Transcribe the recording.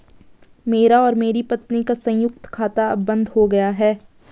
मेरा और मेरी पत्नी का संयुक्त खाता अब बंद हो गया है